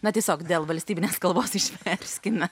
na tiesiog dėl valstybinės kalbos išverskime